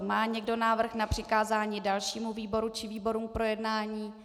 Má někdo návrh na přikázání dalšímu výboru či výborům k projednání?